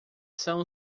são